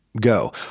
go